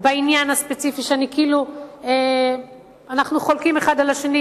אלי היתה בעניין הספציפי שאנחנו חולקים אחד על השני,